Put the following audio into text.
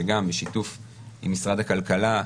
שגם בשיתוף עם משרד הכלכלה,